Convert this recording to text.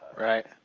Right